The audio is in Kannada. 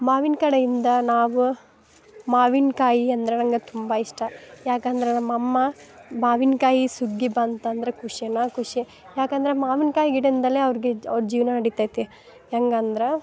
ಮಾವಿನ ಕಡೆಯಿಂದ ನಾವು ಮಾವಿನಕಾಯಿ ಅಂದ್ರೆ ನಂಗೆ ತುಂಬ ಇಷ್ಟ ಯಾಕಂದ್ರೆ ನಮ್ಮ ಅಮ್ಮ ಮಾವಿನಕಾಯಿ ಸುಗ್ಗಿ ಬಂತಂದ್ರೆ ಖುಷಿನ ಖುಷಿ ಯಾಕಂದ್ರೆ ಮಾವಿನ್ಕಾಯಿ ಗಿಡ ಇಂದಲೇ ಅವ್ರ್ಗೆ ಅವ್ರ ಜೀವನ ನಡಿತೈತಿ ಹೆಂಗಂದ್ರೆ